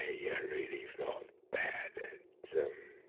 ah yeah really felt bad so um